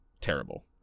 terrible